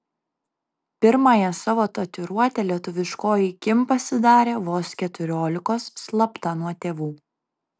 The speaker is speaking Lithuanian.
pirmąją savo tatuiruotę lietuviškoji kim pasidarė vos keturiolikos slapta nuo tėvų